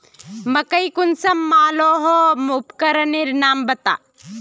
मकई कुंसम मलोहो उपकरनेर नाम बता?